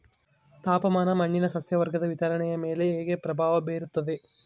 ತಾಪಮಾನ ಮಣ್ಣಿನ ಸಸ್ಯವರ್ಗದ ವಿತರಣೆಯ ಮೇಲೆ ಹೇಗೆ ಪ್ರಭಾವ ಬೇರುತ್ತದೆ?